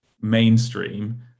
mainstream